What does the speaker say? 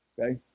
okay